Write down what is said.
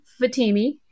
Fatimi